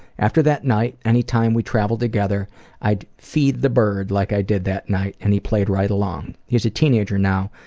after that night, any time we traveled together i'd feed the bird like i did that night and he played right alone. he's a teenager now,